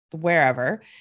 wherever